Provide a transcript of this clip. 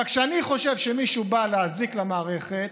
אבל כשאני חושב שמישהו בא להזיק למערכת